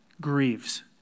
grieves